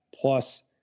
plus